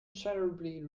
terribly